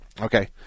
Okay